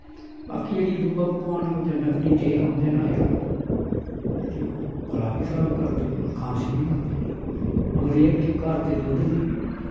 बाकी जेह्ड़ी दूआ पकोआन ओह् ते नकली तेल होंदे न अजकल्ल ते ओह् ग'ला बी खराब करदे खांसी बी लांदे मगर एह् ऐ कि घर दे दुद्ध दी